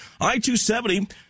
I-270